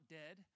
dead